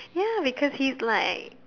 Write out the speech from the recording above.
ya because he's like